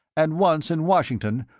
and once, in washington,